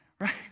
Right